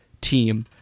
team